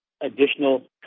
additional